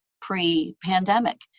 pre-pandemic